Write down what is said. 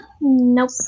nope